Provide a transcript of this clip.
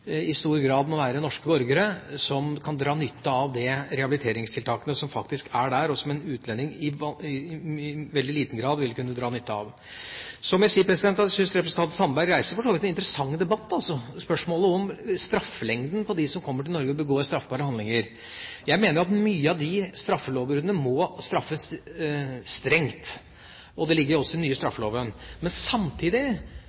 i stor grad må være norske borgere som kan dra nytte av de rehabiliteringstiltakene som er der, og som en utlending i veldig liten grad vil kunne dra nytte av. Jeg synes for så vidt representanten Sandberg reiser en interessant debatt når det gjelder spørsmålet om straffelengden for de som kommer til Norge og begår straffbare handlinger. Jeg mener at mange av de lovbruddene må straffes strengt, og det ligger jo også i den nye